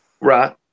Right